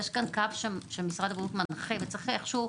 יש כאן קו שמשרד הבריאות מנחה וצריך איכשהו,